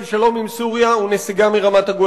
כי שלום עם סוריה הוא נסיגה מרמת-הגולן,